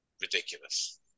ridiculous